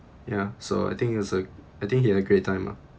ya so I think it was like I think he had a great time ah